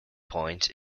point